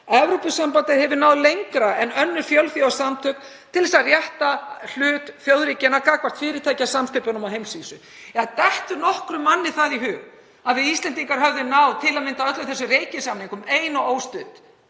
Evrópusambandið hefur náð lengra en önnur fjölþjóðasamtök til þess að rétta hlut þjóðríkjanna gagnvart fyrirtækjasamsteypum á heimsvísu. Dettur nokkrum manni það í hug að við Íslendingar hefðum til að mynda náð öllum þessum reikisamningum ein og óstudd?